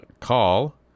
Call